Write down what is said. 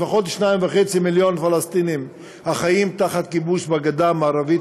לפחות 2.5 מיליון פלסטינים החיים תחת כיבוש בגדה המערבית,